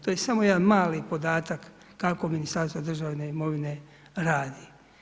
To je samo jedan mali podatak kako Ministarstvo državne imovine radi.